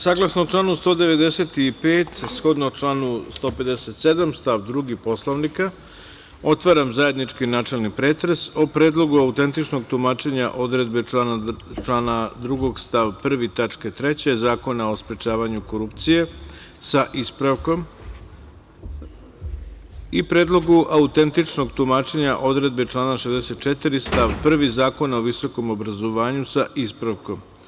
Saglasno članu 195, shodno članu 157. stav 2. Poslovnika, otvaram Zajednički načelni pretres o Predlogu autentičnog tumačenja odredbe člana 2. stav 1. tačka 3. Zakona o sprečavanju korupcije, sa ispravkom i Predlogu autentičnog tumačenja odredbe člana 64. stav 1. Zakona o visokom obrazovanju, sa ispravkom.